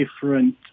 different